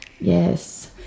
Yes